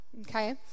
Okay